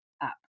up